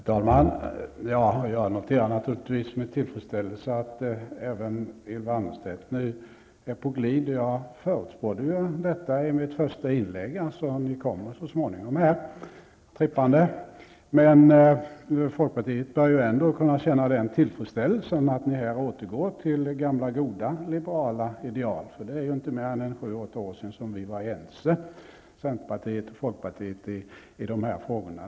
Fru talman! Jag noterar naturligtvis med tillfredsställelse att även Ylva Annerstedt nu är på glid. Jag förutspådde ju i mitt första inlägg att ni så småningom skulle komma trippande här. Folkpartiet bör ju kunna känna den tillfredsställelsen att ni här återgår till gamla goda liberala ideal. Det är ju inte mer än sju åtta år sedan som centern och folkpartiet var ense i de här frågorna.